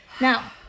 now